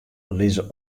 lizze